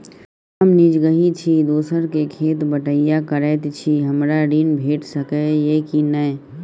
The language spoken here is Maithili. हम निजगही छी, दोसर के खेत बटईया करैत छी, हमरा ऋण भेट सकै ये कि नय?